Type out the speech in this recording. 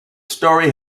story